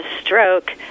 stroke